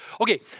Okay